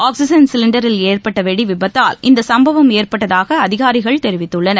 oxygen சிலிண்டரில் ஏற்பட்ட வெடிவிபத்தால் இந்த சம்பவம் ஏற்பட்டதாக அதிகாரிகள் தெரிவித்துள்ளனர்